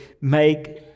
make